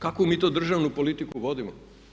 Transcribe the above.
Kakvu mi to državnu politiku vodimo?